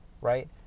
right